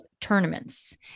tournaments